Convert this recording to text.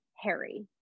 Harry